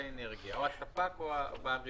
או הספק או בעל רשיון.